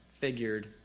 figured